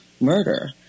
murder